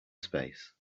space